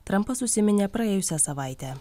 trampas užsiminė praėjusią savaitę